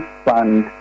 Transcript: fund